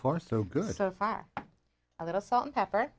far so good so far a little salt and pepper